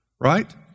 right